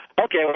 Okay